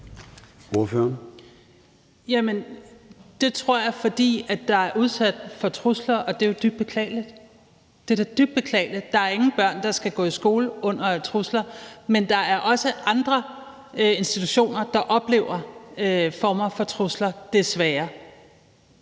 det tror jeg er, fordi den er udsat for trusler, og det er jo dybt beklageligt. Det er da dybt beklageligt. Der er ingen børn, der skal gå i skole under trusler. Men der er også andre institutioner, der oplever former for trusler, desværre.